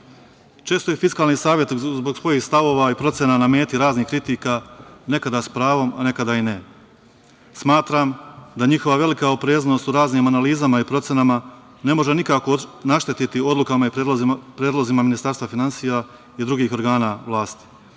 je Fiskalni savet zbog svojih stavova i procena na meti raznih kritika nekada sa pravom, a nekada i ne. Smatram da njihova velika opreznost u raznim analizama i procenama ne može nikako naštetiti odlukama i predlozima Ministarstva finansija i drugih organa vlasti